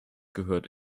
gehört